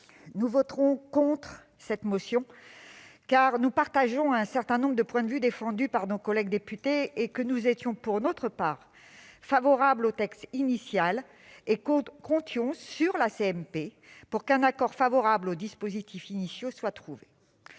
Nous voterons contre cette motion, car nous partageons un certain nombre de points de vue défendus par nos collègues députés. De plus, nous étions favorables au texte initial et comptions sur la commission mixte paritaire pour qu'un accord favorable aux dispositifs initiaux soit trouvé.